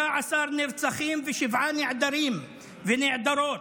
16 נרצחים ושבעה נעדרים ונעדרות,